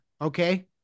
okay